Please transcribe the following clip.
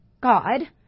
God